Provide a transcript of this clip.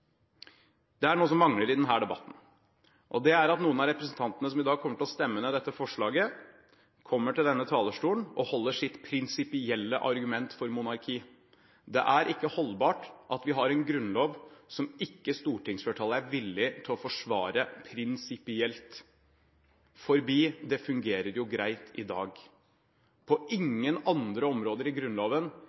Det er noe som mangler i denne debatten, og det er at noen av representantene som i dag kommer til å stemme ned dette forslaget, kommer til denne talerstolen og holder sitt prinsipielle argument for monarki. Det er ikke holdbart at vi har en grunnlov som ikke stortingsflertallet er villig til å forsvare prinsipielt – fordi det fungerer greit i dag. På ingen andre områder i Grunnloven